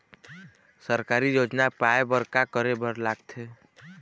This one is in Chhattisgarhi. सरकारी योजना पाए बर का करे बर लागथे?